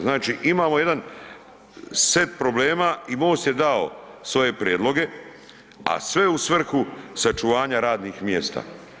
Znači imamo jedan set problema i MOST je dao svoje prijedloge a sve u svrhu sačuvanja radnih mjesta.